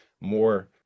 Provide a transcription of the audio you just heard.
more